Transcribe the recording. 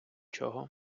чого